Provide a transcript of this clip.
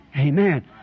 Amen